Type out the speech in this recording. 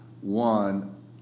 One